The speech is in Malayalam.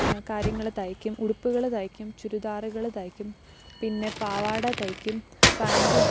കാര്യങ്ങൾ തയ്ക്കും ഉടുപ്പുകൾ തയ്ക്കും ചുരിദാറുകൾ തയ്ക്കും പിന്നെ പാവാട തയ്ക്കും പാന്റും